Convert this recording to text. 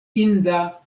inda